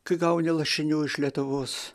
kai gauni lašinių iš lietuvos